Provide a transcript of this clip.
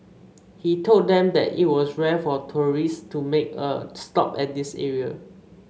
he told them that it was rare for tourists to make a stop at this area